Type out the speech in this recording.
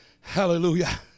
hallelujah